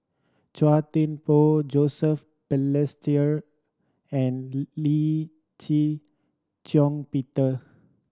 Chua Thian Poh Joseph Balestier and Lee Shih Shiong Peter